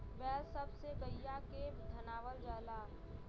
बैल सब से गईया के धनवावल जाला